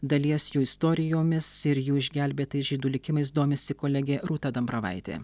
dalies jų istorijomis ir jų išgelbėtais žydų likimais domisi kolegė rūta dambravaitė